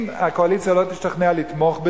אם הקואליציה לא תשתכנע לתמוך בזה,